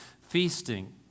feasting